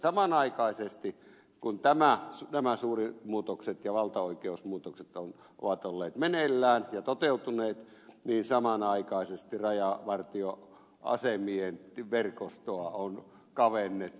samanaikaisesti kun nämä suuret muutokset ja valtaoikeusmuutokset ovat olleet meneillään ja toteutuneet rajavartioasemien verkostoa on kavennettu